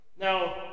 Now